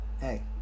hey